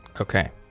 Okay